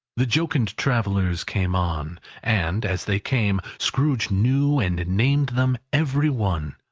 the jocund travellers came on and as they came, scrooge knew and named them every one.